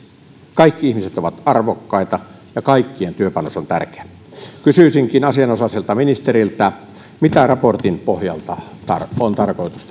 kaikki ihmiset ovat arvokkaita ja kaikkien työpanos on tärkeä kysyisinkin asianosaiselta ministeriltä mitä raportin pohjalta on tarkoitus